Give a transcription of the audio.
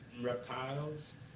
Reptiles